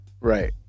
Right